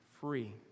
free